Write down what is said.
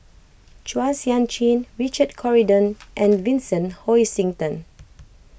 Chua Sian Chin Richard Corridon and Vincent Hoisington